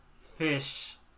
fish